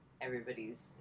everybody's